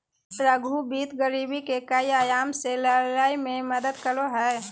लघु वित्त गरीबी के कई आयाम से लड़य में मदद करो हइ